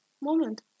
moment